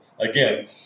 Again